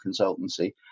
Consultancy